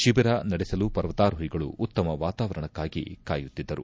ಶಿಬಿರ ನಡೆಸಲು ಪರ್ವತಾರೋಹಿಗಳು ಉತ್ತಮ ವಾತಾವರಣಕ್ಕಾಗಿ ಕಾಯುತ್ತಿದ್ದರು